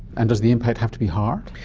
and does the impact have to be hard?